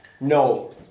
No